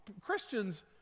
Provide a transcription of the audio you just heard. Christians